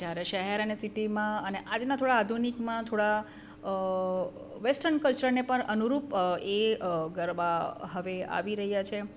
જ્યારે શહેર અને સિટીમાં અને આજના થોડા આધુનિકમાં થોડા વેસ્ટર્ન કલ્ચરને પણ અનુરૂપ એ ગરબા હવે હવે આવી રહ્યા છે